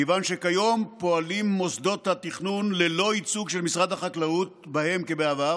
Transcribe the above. כיוון שכיום פועלים מוסדות התכנון ללא ייצוג של משרד החקלאות בהם כבעבר,